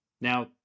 Now